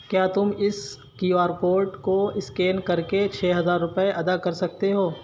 کیا تم اس کیو آر کوڈ کو اسکین کر کے چھ ہزار روپئے ادا کر سکتے ہو